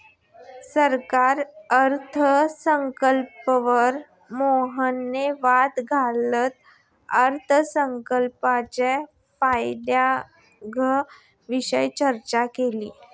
सरकारी अर्थसंकल्पावर मोहनने वाद घालत अर्थसंकल्पाच्या फायद्यांविषयी चर्चा केली